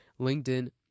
LinkedIn